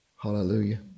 Hallelujah